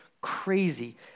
crazy